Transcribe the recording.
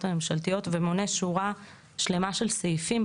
הממשלתיות ומונה שורה שלמה של סעיפים.